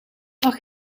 lag